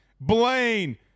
Blaine